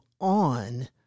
on